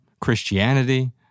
Christianity